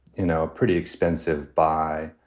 you know, a pretty expensive buy